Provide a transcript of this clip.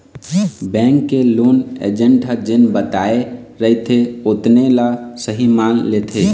bank के loan agent ह जेन बताए रहिथे ओतने ल सहीं मान लेथे